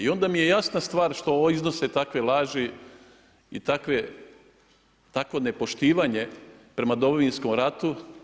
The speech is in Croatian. I onda mi je jasna stvar što iznose takve laži i takvo nepoštivanje prema Domovinskom ratu.